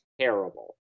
terrible